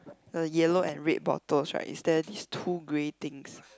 the yellow and red bottles right is there this two grey things